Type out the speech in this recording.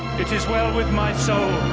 it is well with my soul.